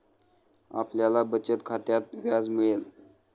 आपल्याला बचत खात्यात व्याज मिळेल